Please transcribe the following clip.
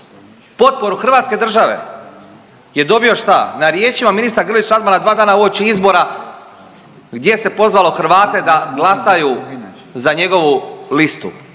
potporu hrvatske države je dobio šta, na riječima ministra Grlić Radmana 2 dana uoči izbora gdje se pozvalo Hrvate da glasaju za njegovu listu,